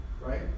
Right